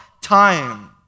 time